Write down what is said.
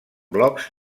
blocs